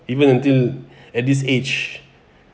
even until at this age